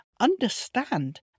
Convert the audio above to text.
understand